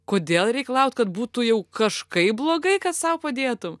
kodėl reik laukt kad būtų jau kažkaip blogai kad sau padėtum